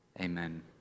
Amen